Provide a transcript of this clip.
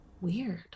Weird